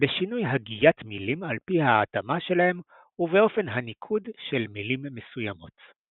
בשינויי הגיית מילים על פי ההטעמה שלהן ובאופן הניקוד של מילים מסוימות.